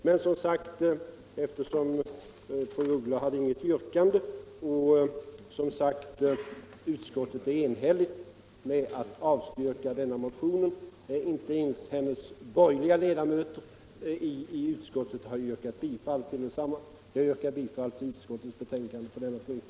Fru af Ugglas har inte något yrkande, och utskottet är enhälligt i att avstyrka hennes motion. Inte ens de borgerliga ledamöterna i utskottet har yrkat bifall till den. Jag yrkar bifall till utskottets betänkande i denna punkt.